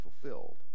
fulfilled